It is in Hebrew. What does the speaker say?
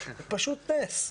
זה פשוט נס.